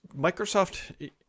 Microsoft